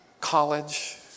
College